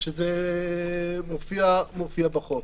שזה מופיע בחוק.